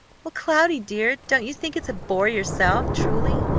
well, cloudy, dear, don't you think it's a bore yourself, truly?